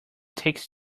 takes